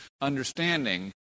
understanding